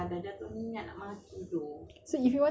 ya lah tapi maki jer lah